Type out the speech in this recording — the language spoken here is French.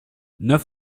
neuf